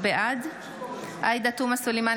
בעד עאידה תומא סלימאן,